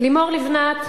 לימור לבנת,